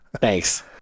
Thanks